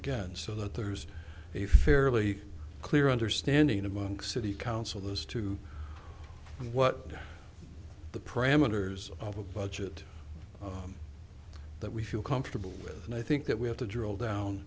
again so that there's a fairly clear understanding among city council those to what the program wonders of a budget that we feel comfortable with and i think that we have to drill down